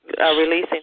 releasing